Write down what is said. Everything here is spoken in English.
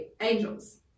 angels